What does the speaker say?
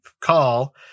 call